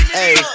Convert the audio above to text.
hey